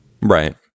Right